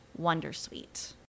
wondersuite